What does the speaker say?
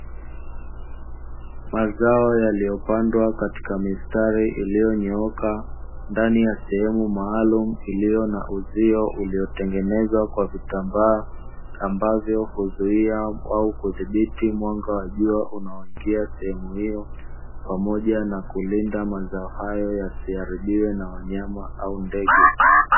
Mazao yailiyopandwa katika mistari iliyonyooka, ndani ya sehemu maalumu iliyo na uzio uliotengenezwa kwa vitambaa ambavyo huzuia au kudhibiti mwanga wa jua unaoingia sehemu hiyo, pamoja na kulinda mazao hayo yasiharibiwe na wanyama au ndege.